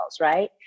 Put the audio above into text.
right